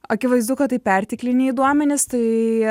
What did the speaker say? akivaizdu kad tai pertekliniai duomenys tai